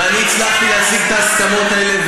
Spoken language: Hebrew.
ואני הצלחתי להשיג את ההסכמות האלה,